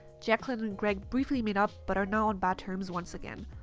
jaclyn and greg briefly made up but are now on bad terms once again.